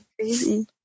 crazy